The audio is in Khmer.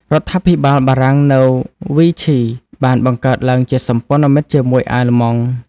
រដ្ឋាភិបាលបារាំងនៅ វីឈី បានបង្កើតឡើងជាសម្ព័ន្ធមិត្តជាមួយអាល្លឺម៉ង់។